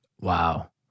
Wow